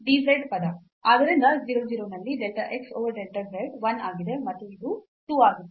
ಆದ್ದರಿಂದ 0 0 ನಲ್ಲಿ del x over del z 1 ಆಗಿದೆ ಮತ್ತು ಇದು 2 ಆಗಿತ್ತು